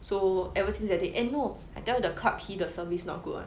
so ever since that day and no I tell you the clarke quay the service not good [one]